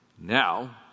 Now